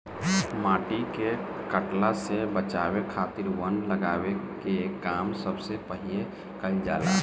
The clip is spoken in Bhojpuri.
माटी के कटला से बचावे खातिर वन लगावे के काम सबसे पहिले कईल जाला